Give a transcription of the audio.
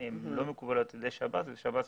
הן לא מקובלות על שירות בתי הסוהר והוא